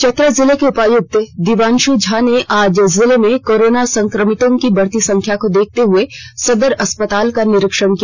चतरा जिले के उपायुक्त दिव्यांशु झा ने आज जिले में कोरोना संक्रमितों की बढ़ोतरी को देखते हुए सदर अस्पताल का निरीक्षण किया